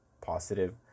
positive